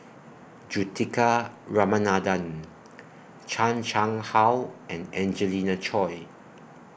Juthika Ramanathan Chan Chang How and Angelina Choy